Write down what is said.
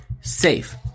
Safe